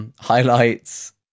Highlights